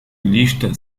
lista